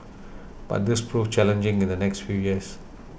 but this proved challenging in the next few years